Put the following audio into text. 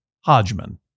Hodgman